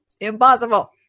impossible